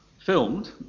filmed